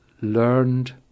learned